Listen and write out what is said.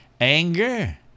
anger